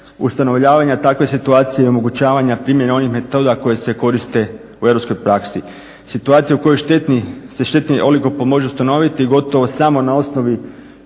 ustanovljavanja takve situacije i omogućavanja primjene onih metoda koje se koriste u europskoj praksi. Situacija u kojoj se štetni …/Govornik se ne razumije./… može ustanoviti gotovo samo na osnovi